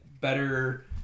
better